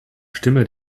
stimme